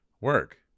Work